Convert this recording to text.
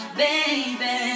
baby